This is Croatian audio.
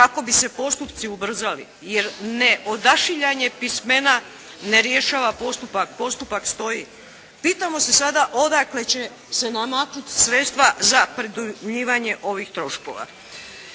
kako bi se postupci ubrzali. Jer neodašiljanje pismena ne rješava postupak, postupak stoji. Pitamo se sada odakle će se namaknuti sredstva za predujmljivanje ovih troškova.